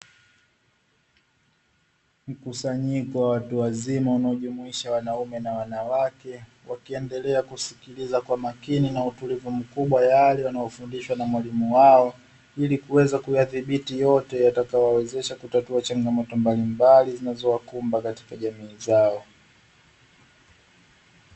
Mkusanyiko wa watu wazima wanaojumuisha wanaume na wanawake, wakiendelea kusikiliza kwa makini na utulivu mkubwa yale wanayofundishwa na mwalimu wao, ili kuweza kuyadhibiti yote yatakayowezesha kutatua changamoto mbalimbali zinazowakumba katika jamii zao.